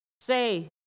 say